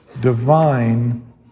divine